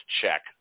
check